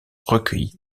recueilli